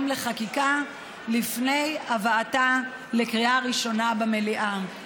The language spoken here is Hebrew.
לחקיקה לפני הבאתה לקריאה ראשונה במליאה.